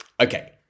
Okay